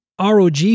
ROG